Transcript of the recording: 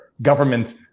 government